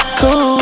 cool